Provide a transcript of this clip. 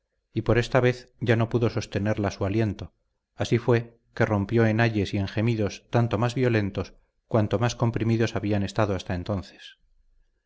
y por esta vez ya no pudo sostenerla su aliento así fue que rompió en ayes y en gemidos tanto más violentos cuanto más comprimidos habían estado hasta entonces